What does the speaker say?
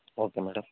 okay madam